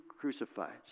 crucified